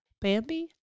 Bambi